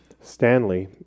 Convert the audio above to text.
Stanley